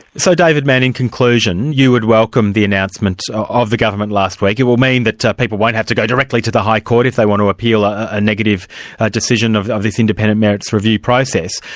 so david manne, in conclusion, you would welcome the announcement of the government last week. it will mean that people won't have to go directly to the high court if they want to appeal a negative decision of of this independent merits review process.